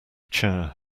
chair